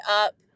up